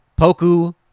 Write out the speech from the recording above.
Poku